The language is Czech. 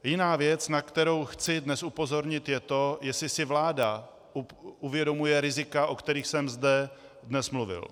Jiná věc, na kterou chci dnes upozornit, je to, jestli si vláda uvědomuje rizika, o kterých jsem zde dnes mluvil.